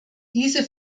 diese